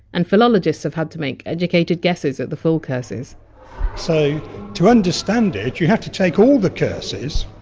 and philologists have had to make educated guesses at the full curses so to understand it you have to take all the curses,